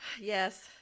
yes